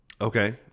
Okay